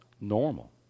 normal